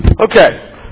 Okay